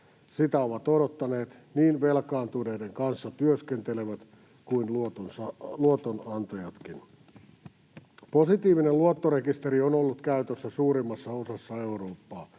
Sitä ovat odottaneet niin velkaantuneiden kanssa työskentelevät kuin luotonantajatkin. Positiivinen luottorekisteri on ollut käytössä suurimmassa osassa Eurooppaa.